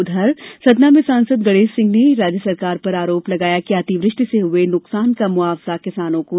उधर सतना में सांसद गणेश सिंह ने राज्य सरकार पर आरोप लगाया कि अतिवृष्टि से हए नुकसान का मुआवजा किसानों को नहीं मिला है